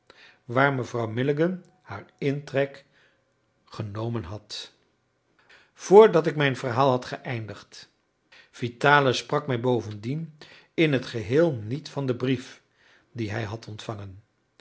waar mevrouw milligan haar intrek genomen had vr dat ik mijn verhaal had geëindigd vitalis sprak mij bovendien in het geheel niet van den brief dien hij had ontvangen